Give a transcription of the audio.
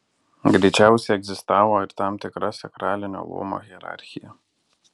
greičiausiai egzistavo ir tam tikra sakralinio luomo hierarchija